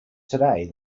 today